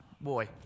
boy